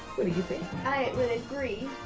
what do you think? i would agree.